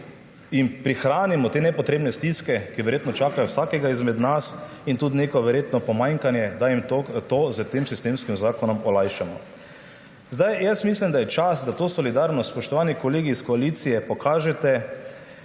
prihranimo te nepotrebne stiske, ki verjetno čakajo vsakega izmed nas, in tudi verjetno neko pomanjkanje, da jim to s tem sistemskim zakonom olajšamo. Mislim, da je čas, da to solidarnost, spoštovani kolegi iz koalicije, pokažete